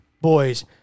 boys